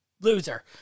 loser